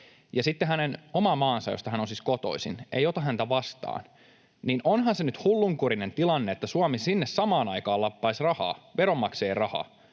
ja sitten hänen oma maansa, josta hän on siis kotoisin, ei ota häntä vastaan. Onhan se nyt hullunkurinen tilanne, että Suomi sinne samaan aikaan lappaisi rahaa, veronmaksajien rahaa.